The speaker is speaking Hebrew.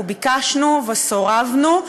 אנחנו ביקשנו וסורבנו.